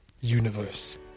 universe